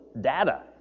data